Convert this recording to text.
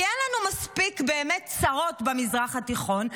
אין לנו מספיק צרות במזרח התיכון,